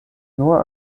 nur